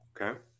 Okay